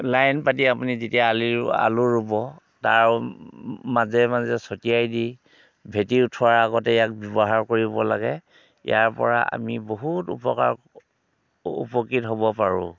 line পাতি আপুনি যেতিয়া আলি আলু ৰুব তাৰ মাজে মাজে ছটিয়াই দি ভেটি উঠোৱাৰ আগতেই ইয়াক ব্যৱহাৰ কৰিব লাগে ইয়াৰ পৰা আমি বহুত উপকাৰ উপকৃত হ'ব পাৰোঁ